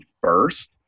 first